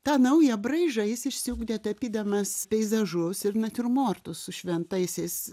tą naują braižą jis išsiugdė tapydamas peizažus ir natiurmortus su šventaisiais